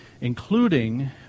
including